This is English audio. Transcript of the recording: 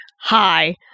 Hi